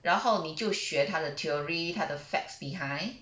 然后你就学他的 theory 他的 facts behind